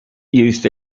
used